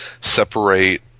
separate